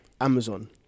Amazon